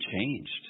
changed